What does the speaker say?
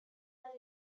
that